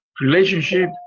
relationship